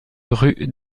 rue